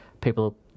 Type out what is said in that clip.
People